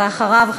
ואחריו,